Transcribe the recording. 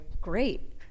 Great